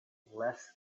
less